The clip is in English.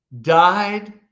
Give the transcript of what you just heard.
died